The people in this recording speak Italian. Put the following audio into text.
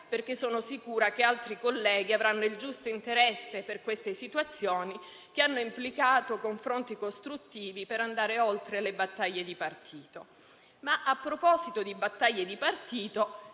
perché sono sicura che altri colleghi avranno il giusto interesse per situazioni che hanno implicato confronti costruttivi per andare oltre le battaglie di partito. A proposito di battaglie di partito,